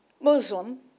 Muslim